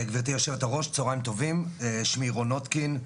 גבירתי יושבת הראש צוהריים טובים, שמי רון נוטקין,